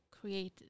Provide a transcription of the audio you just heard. created